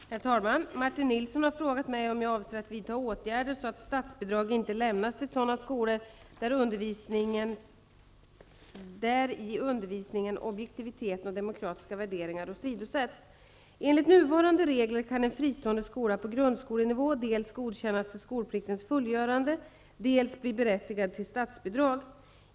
Herr talman! Martin Nilsson har frågat mig om jag avser att vidta åtgärder så att statsbidrag inte lämnas till sådana skolor där i undervisningen objektiviteten och demokratiska värderingar åsidosätts. Enligt nuvarande regler kan en fristående skola på grundskolenivå dels godkännas för skolpliktens fullgörande, dels bli berättigad till statsbidrag.